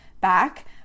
back